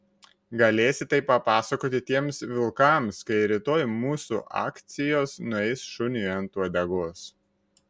galėsi tai papasakoti tiems vilkams kai rytoj mūsų akcijos nueis šuniui ant uodegos